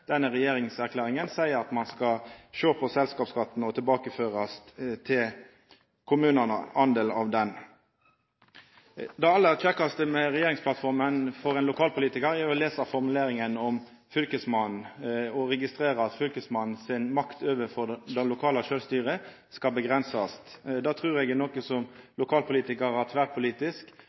regjeringserklæringa seier at ein skal sjå på selskapsskatten, og at ein del av han skal tilbakeførast til kommunane. Det aller kjekkaste med regjeringsplattforma for ein lokalpolitikar er å lesa formuleringa om Fylkesmannen og registrera at Fylkesmannen si makt overfor det lokale sjølvstyret skal avgrensast. Det trur eg er noko lokalpolitikarar